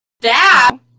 Dab